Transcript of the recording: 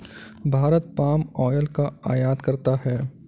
Bharat palm oil का आयात करता है